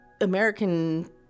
American